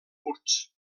curts